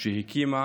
שהקימה